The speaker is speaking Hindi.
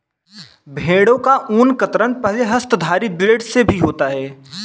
भेड़ों का ऊन कतरन पहले हस्तधारी ब्लेड से भी होता है